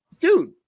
dude